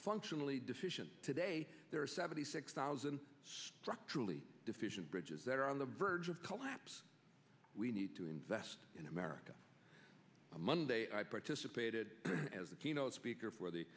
functionally deficient today there are seventy six thousand structurally deficient bridges that are on the verge of collapse we need to invest in america monday i participated as a team speaker for the